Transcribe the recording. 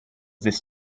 this